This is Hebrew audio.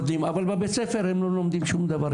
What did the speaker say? אבל בבית הספר הם לא לומדים שום דבר.